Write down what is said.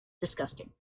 Disgusting